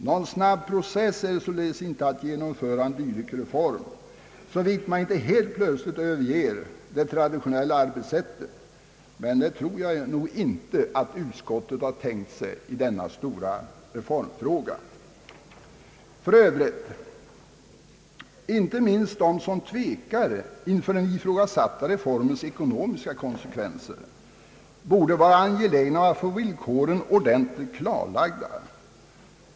Någon snabbprocess är det således inte att genomföra en dylik reform, såvitt man inte helt plötsligt överger det traditionella arbetssättet, och det tror jag inte utskottet tänker sig i denna stora reformfråga. För övrigt: inte minst de som tvekar inför den ifrågasatta reformens ekonomiska konsekvenser borde vara angelägna om att få villkoren ordentligt klarlagda.